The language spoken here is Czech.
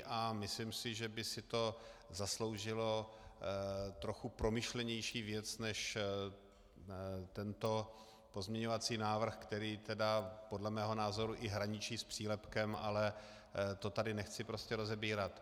A myslím si, že by si to zasloužilo trochu promyšlenější věc než tento pozměňovací návrh, který podle mého názoru i hraničí s přílepkem, ale to tady nechci prostě rozebírat.